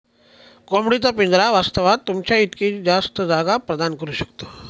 कोंबडी चा पिंजरा वास्तवात, तुमच्या इतकी जास्त जागा प्रदान करू शकतो